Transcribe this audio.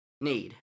need